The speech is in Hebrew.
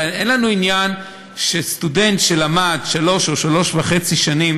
אין לנו עניין לקחת מסטודנט שלמד שלוש או שלוש וחצי שנים